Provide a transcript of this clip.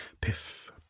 Piff